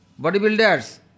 bodybuilders